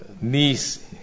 niece